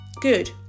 good